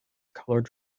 colored